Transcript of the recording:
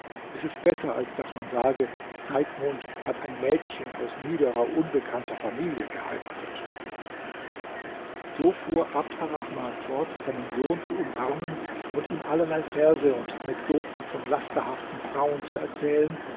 es ist besser als daß man sage zeitmond hat ein mädchen aus niederer unbekannter familie geheiratet so fuhr abd arrahman fort seinen sohn zu umarmen und ihm allerlei verse und anekdoten von lasterhaften frauen zu erzählen